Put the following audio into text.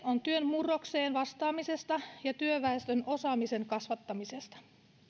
on työn murrokseen vastaamisesta ja työväestön osaamisen kasvattamisesta